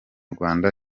rwanda